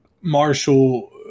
Marshall